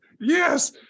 yes